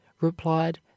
replied